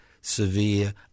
severe